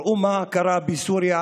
ראו מה קרה בסוריה,